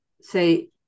say